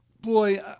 Boy